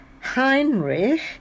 Heinrich